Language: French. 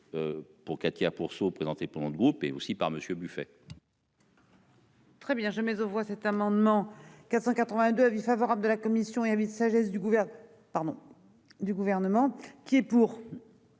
Pour Katia pour se présenter pendant le groupe et aussi par Monsieur Buffet. Très bien, jamais aux voit cet amendement. 482. Avis favorable de la commission et sagesse du gouvernement pardon du